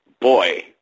boy